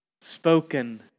Spoken